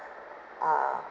uh